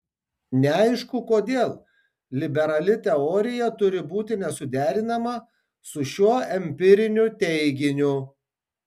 neaišku kodėl liberali teorija turi būti nesuderinama su šiuo empiriniu teiginiu